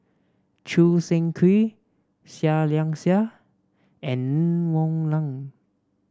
Choo Seng Quee Seah Liang Seah and Ng Woon Lam